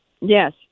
Yes